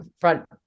front